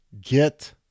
get